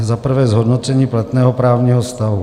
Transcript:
Za prvé zhodnocení platného právního stavu.